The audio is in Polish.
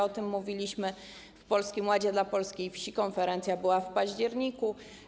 O tym mówiliśmy w Polskim Ładzie dla polskiej wsi, konferencja była w październiku.